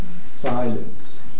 Silence